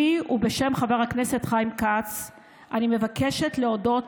בשמי ובשם חבר הכנסת חיים כץ אני מבקשת להודות